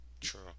True